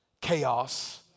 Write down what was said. chaos